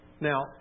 Now